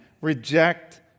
reject